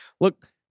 look